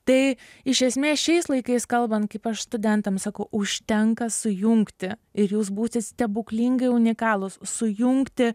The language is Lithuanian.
tai iš esmės šiais laikais kalbant kaip aš studentam sakau užtenka sujungti ir jūs būsit stebuklingai unikalūs sujungti